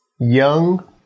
Young